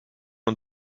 und